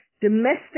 domestic